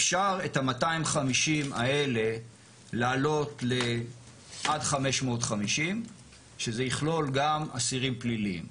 אפשר את ה-250 האלה להעלות לעד 550. שזה יכלול גם אסירים פליליים.